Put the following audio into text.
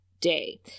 day